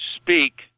speak